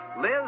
Liz